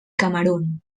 camerun